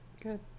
good